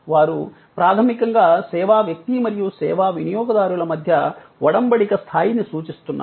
వారు ప్రాథమికంగా సేవా వ్యక్తి మరియు సేవా వినియోగదారుల మధ్య ఒడంబడిక స్థాయిని సూచిస్తున్నారు